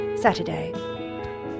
Saturday